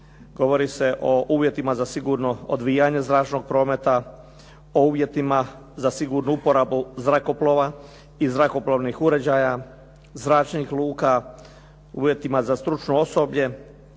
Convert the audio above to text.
govori se o uvjetima za sigurno odvijanje zračnog prometa, o uvjetima za sigurnu uporabu zrakoplova i zrakoplovnih uređaja, zračnih luka, uvjetima za stručno osoblje,